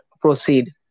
proceed